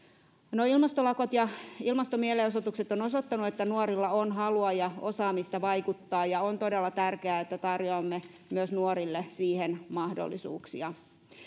ilmastolakot ja ilmastomielenosoitukset ovat osoittaneet että nuorilla on halua ja osaamista vaikuttaa ja on todella tärkeää että tarjoamme myös nuorille siihen mahdollisuuksia